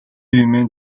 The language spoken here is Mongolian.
хэмээн